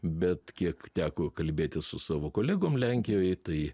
bet kiek teko kalbėtis su savo kolegom lenkijoj tai